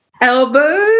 Elbows